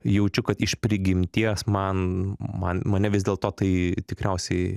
jaučiu kad iš prigimties man man mane vis dėlto tai tikriausiai